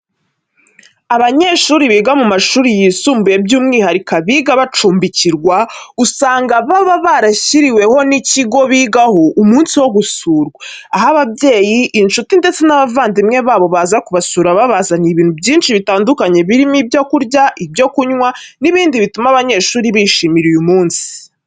Abanyeshuri biga mu mashuri yisumbuye by'umwihariko abiga bacumbikirwa, usanga baba barashyiriweho n'ikigo bigaho umunsi wo gusurwa, aho ababyeyi, inshuti ndetse n'abavandimwe babo baza kubasura babazaniye ibintu byinshi bitandukanye birimo ibyo kurya, ibyo kunywa n'ibindi bituma aba banyeshuri bishimira uyu munsi.